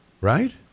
Right